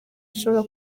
ashobora